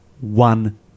one